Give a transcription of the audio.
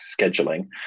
scheduling